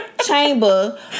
chamber